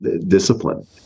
discipline